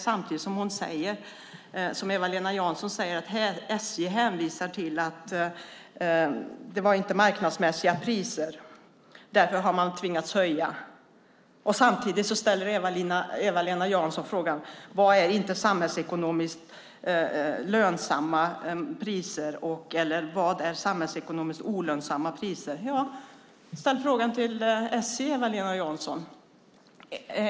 Samtidigt säger Eva-Lena Jansson att SJ hänvisar till att det inte var marknadsmässiga priser och att man därför har tvingats höja. Därefter ställer Eva-Lena Jansson frågan: Vad är samhällsekonomiskt olönsamma priser? Ställ frågan till SJ, Eva-Lena Jansson!